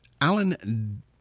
Alan